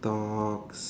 talk